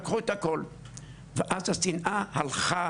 לקחו את הכול ואז השנאה הלכה